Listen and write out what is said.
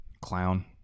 Clown